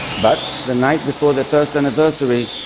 but the night before their first anniversary,